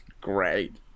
great